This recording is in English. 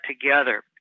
together